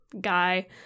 guy